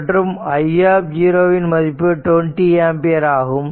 மற்றும் i மதிப்பு 20 ampere ஆகும்